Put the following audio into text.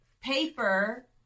paper